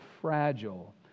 fragile